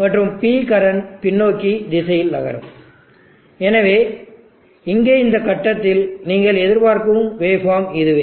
மற்றும் P current பின்னோக்கு திசையில் நகரும் எனவே இங்கே இந்த கட்டத்தில் நீங்கள் எதிர்பார்க்கும் வேவ் ஃபார்ம் இதுவே